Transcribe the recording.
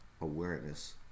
awareness